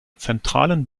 zentralen